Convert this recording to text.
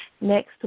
next